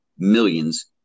millions